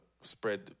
spread